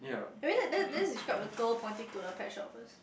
can we like let's let's describe the girl pointing to the pet shop first